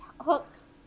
hooks